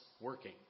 working